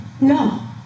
No